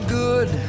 good